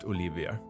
Olivia